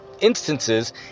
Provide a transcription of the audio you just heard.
instances